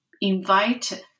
invite